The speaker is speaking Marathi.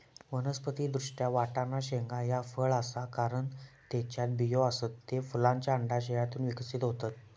वनस्पति दृष्ट्या, वाटाणा शेंगा ह्या फळ आसा, कारण त्येच्यात बियो आसत, ते फुलांच्या अंडाशयातून विकसित होतत